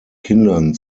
kindern